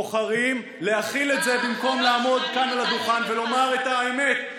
בוחרים להכיל את זה במקום לעמוד כאן על הדוכן ולומר את האמת.